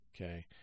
okay